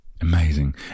Amazing